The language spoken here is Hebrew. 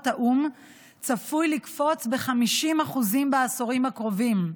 האו"ם צפוי לקפוץ ב-50% בעשורים הקרובים.